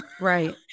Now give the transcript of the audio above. Right